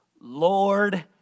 Lord